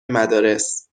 مدارس